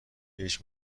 هیچ